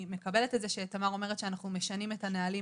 אני מקבלת את זה שתמר אומרת שאנחנו משנים את הנהלים